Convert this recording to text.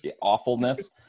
awfulness